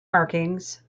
markings